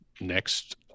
next